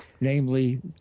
namely